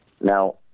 Now